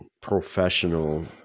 professional